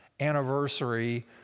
anniversary